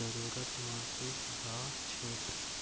जरूरत महसूस ह छेक